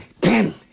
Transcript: ten